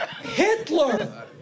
Hitler